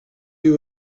you